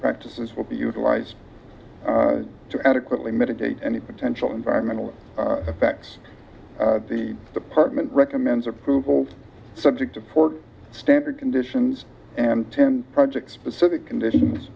practices will be utilized to adequately meditate any potential environmental effects the department recommends approvals subject to pork standard conditions and ten projects specific conditions